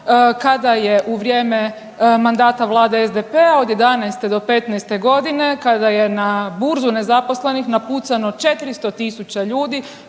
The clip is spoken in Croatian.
kada je u vrijeme mandata Vlade SDP-a od jedanaeste do petnaeste godine kada je na burzu nezaposlenih napucano 400 000 ljudi,